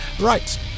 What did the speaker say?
right